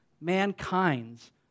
mankind's